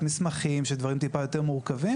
מסמכים של דברים טיפה יותר מורכבים.